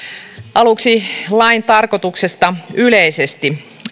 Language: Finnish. aluksi lain tarkoituksesta yleisesti